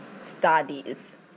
studies